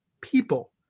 people